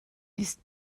ist